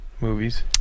movies